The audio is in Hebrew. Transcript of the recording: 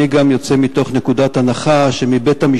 אני גם יוצא מתוך נקודת הנחה שמבית-המשפט